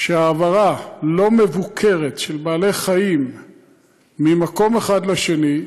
והעברה לא מבוקרת של בעלי חיים ממקום אחד לשני,